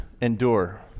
endure